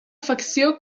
facció